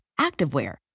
activewear